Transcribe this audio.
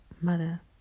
mother